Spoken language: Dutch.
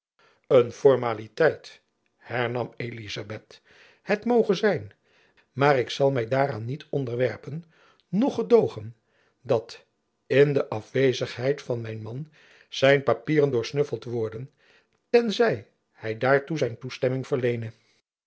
een formaliteit hernam elizabeth het moge zijn maar ik zal my daaraan niet onderwerpen noch gedoogen dat in de afwezigheid van mijn man zijn papieren doorsnuffeld worden ten zij hy daartoe zijn toestemming verleene